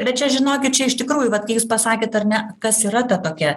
bet čia žinokit čia iš tikrųjų vat kai jūs pasakėt ar ne kas yra ta tokia